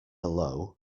low